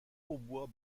hautbois